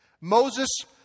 Moses